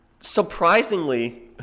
Surprisingly